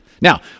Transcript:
Now